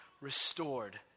restored